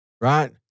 right